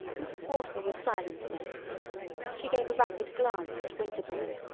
mrs. walker was silent a moment she gave a rapid glance at winterbourne.